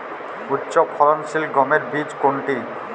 উচ্চফলনশীল গমের বীজ কোনটি?